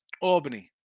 Albany